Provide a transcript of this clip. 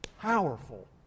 powerful